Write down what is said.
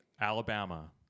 Alabama